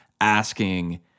asking